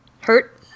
hurt